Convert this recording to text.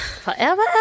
Forever